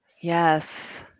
Yes